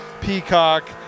Peacock